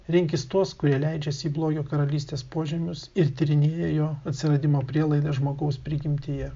rinkis tuos kurie leidžiasi į blogio karalystės požemius ir tyrinėja jo atsiradimo prielaidas žmogaus prigimtyje